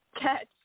catch